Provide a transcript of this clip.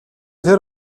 тэр